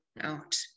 out